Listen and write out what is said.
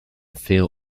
fail